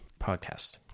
podcast